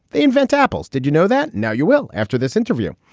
they invent apples. did you know that? now you will after this interview.